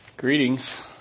Greetings